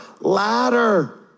ladder